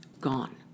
gone